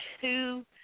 two